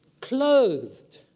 clothed